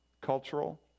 cultural